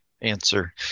answer